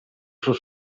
sul